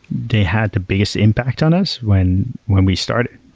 they had the biggest impact on us when when we started.